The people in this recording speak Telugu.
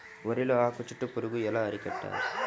వరిలో ఆకు చుట్టూ పురుగు ఎలా అరికట్టాలి?